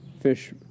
fish